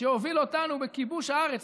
שהוביל אותנו בכיבוש הארץ,